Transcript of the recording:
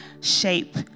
shape